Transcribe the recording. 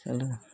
सडू